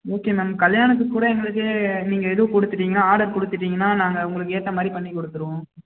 okay ma'am கல்யாணத்துக்கு கூட எங்களுக்கு நீங்கள் எதுவும் கொடுத்துட்டிங்கனா ஆர்டர் கொடுத்துட்டிங்கனா நாங்கள் உங்களுக்கு ஏற்ற மாதிரி பண்ணி கொடுத்துருவோம்